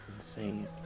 insane